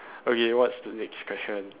okay what's the next question